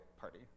party